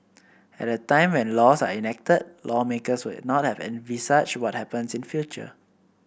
at the time when laws are enacted lawmakers would not have envisaged what happens in future